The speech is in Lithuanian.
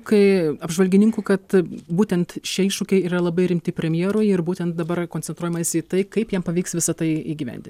kai apžvalgininkų kad būtent šie iššūkiai yra labai rimti premjerui ir būtent dabar koncentruojamasi į tai kaip jam pavyks visa tai įgyvendint